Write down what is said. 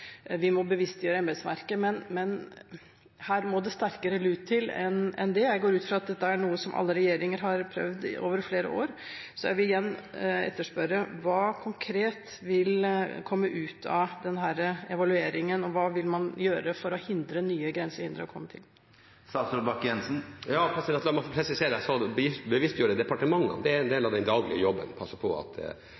vi må bevisstgjøre embetsverket, men det må sterkere lut til enn det. Jeg går ut fra at dette er noe alle regjeringer har prøvd over flere år, så jeg vil igjen etterspørre: Hva konkret vil komme ut av denne evalueringen, og hva vil man gjøre for å hindre nye grensehindre i å komme til? La meg få presisere at når jeg sa bevisstgjøring av departementene, er det en del